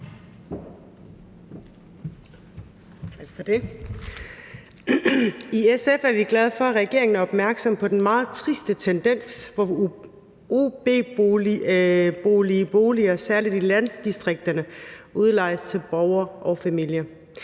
I SF er vi glade for, at regeringen er opmærksom på den meget triste tendens, hvor ubeboelige boliger særlig i landdistrikterne udlejes til borgere og familier.